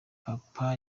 papa